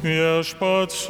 viešpats su